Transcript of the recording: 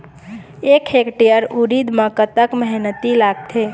एक हेक्टेयर उरीद म कतक मेहनती लागथे?